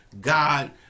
God